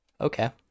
Okay